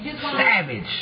Savage